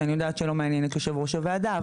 אני יודעת שלא מעניין את יושב ראש הוועדה.